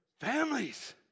Families